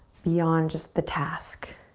beyond just the task.